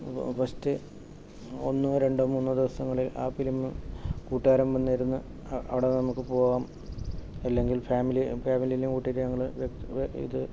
ഫ ഫസ്റ്റ് ഒന്നോ രണ്ടോ മൂന്നോ ദിവസങ്ങളിൽ ആ ഫിലിം കൂട്ടുകാരൻ വന്നിരുന്നു അവിടെ നമുക്ക് പോകാം അല്ലെങ്കിൽ ഫാമിലി ഫാമിലിനെയും കൂട്ടിയിട്ട് ഞങ്ങൾ ഇത്